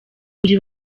buri